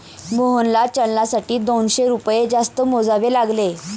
मोहनला चलनासाठी दोनशे रुपये जास्त मोजावे लागले